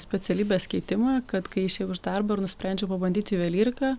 specialybės keitimą kad kai išėjau iš darbo ir nusprendžiau pabandyti juvelyriką